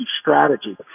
strategy